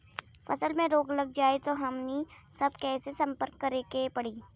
फसल में रोग लग जाई त हमनी सब कैसे संपर्क करें के पड़ी?